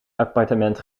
appartement